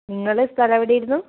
നിങ്ങൾ സ്ഥലം എവിടെയായിരുന്നു